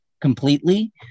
completely